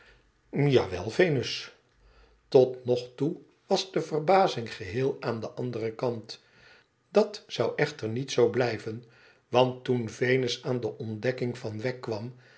wel venus tot nog toe was de verbazing geheel aan de anderen kant dat zou echter niet zoo blijven want toen venus aan de ontdekking van wegg kwam